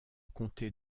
comté